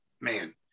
man